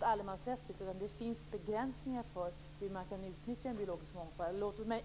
allemansrättslig. Det finns begränsningar för hur man kan utnyttja den biologiska mångfalden.